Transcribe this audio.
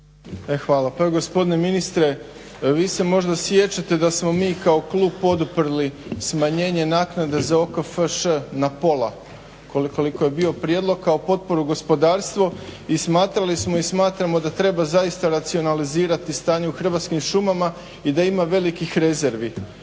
hvala. Pa evo gospodine ministre vi se možda sjećati da smo mi kao klub poduprli smanjenje naknade za OKFŠ na pola koliko je bio prijedlog kako potporu gospodarstvu i smatrali smo i smatrali smo da treba zaista racionalizirati stanje u Hrvatskim šumama i da ima velikih rezervi.